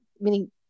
meaning